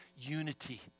unity